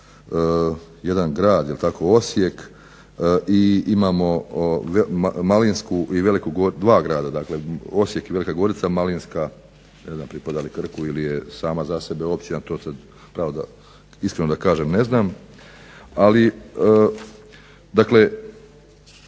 1 grad jel' tako Osijek i imamo Malinsku i Veliku Goricu. Dva grada, dakle Osijek i Velika Gorica, Malinska ne znam pripada li Krku ili je sama za sebe općina. To sad iskreno da kažem ne znam. Ali, dakle